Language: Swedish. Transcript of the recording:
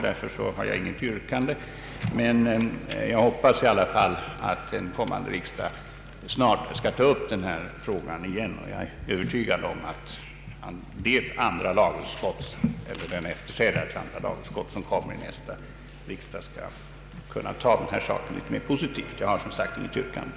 Därför har jag inget yrkande, men jag hoppas i alla fall att andra lagutskottets efterträdare i den nya riksdagen skall kunna se på denna fråga litet mer positivt. Jag har som sagt inget yrkande.